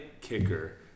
kicker